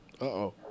Uh-oh